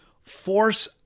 force